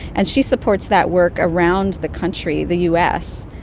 and she supports that work around the country, the us.